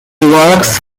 works